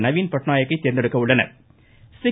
நவீன் பட்நாயக்கை தோ்ந்தெடுக்க உள்ளனா்